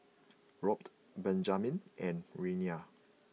Robt Benjamen and Reyna